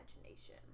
imagination